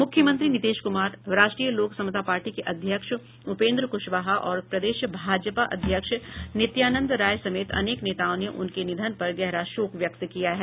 मुख्यमंत्री नीतीश कुमार राष्ट्रीय लोक समता पार्टी के अध्यक्ष उपेन्द्र कुशवाहा और प्रदेश भाजपा अध्यक्ष नित्यानंद राय समेत अनेक नेताओं ने उनके निधन पर गहरा शोक व्यक्त किया है